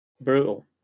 Brutal